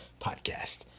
Podcast